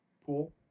pool